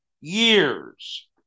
years